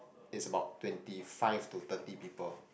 is about twenty five to thirty people